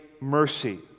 mercy